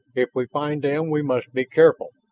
if we find them, we must be careful.